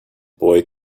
boy